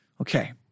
okay